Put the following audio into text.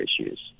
issues